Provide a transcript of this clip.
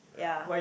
ya